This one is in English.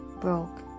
broke